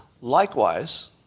Likewise